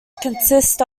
consists